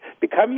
become